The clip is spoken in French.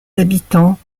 habitants